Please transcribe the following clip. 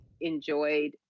enjoyed